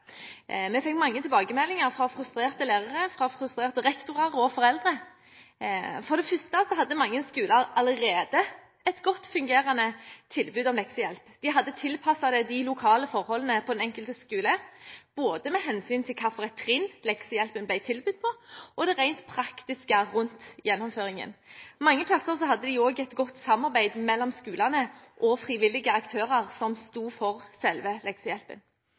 Vi fikk mange tilbakemeldinger fra frustrerte lærere, frustrerte rektorer og frustrerte foreldre. For det første hadde mange skoler allerede et godt fungerende tilbud om leksehjelp. De hadde tilpasset den de lokale forholdene på den enkelte skolen med hensyn til både hvilke klassetrinn leksehjelpen ble tilbudt på og det rent praktiske rundt gjennomføringen. Mange plasser hadde de også et godt samarbeid mellom skolene og frivillige aktører som sto for selve leksehjelpen.